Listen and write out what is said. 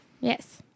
Yes